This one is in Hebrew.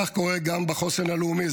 כך קורה גם בחוסן הלאומי,